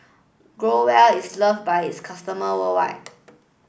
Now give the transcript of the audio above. Growell is love by its customer worldwide